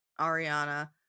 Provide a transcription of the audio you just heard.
Ariana